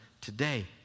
Today